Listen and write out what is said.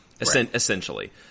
essentially